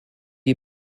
you